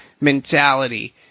mentality